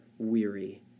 Weary